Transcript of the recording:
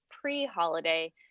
pre-holiday